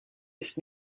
ist